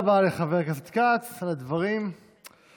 תודה רבה לחבר הכנסת כץ על הדברים הנכוחים.